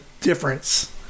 difference